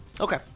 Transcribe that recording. Okay